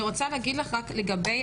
לגבי